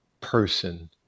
person